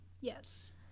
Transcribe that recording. Yes